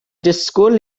disgwyl